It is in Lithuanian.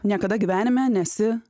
niekada gyvenime nesi